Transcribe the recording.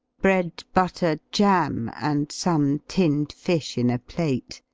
bread, butter, jam, and some tinned fish in a plate.